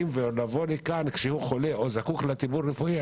וכאן לומר כשהוא חולה או זקוק לטיפול רפואי,